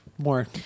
more